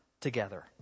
together